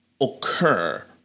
occur